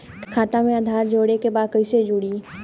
खाता में आधार जोड़े के बा कैसे जुड़ी?